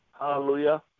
Hallelujah